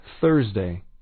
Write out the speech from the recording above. Thursday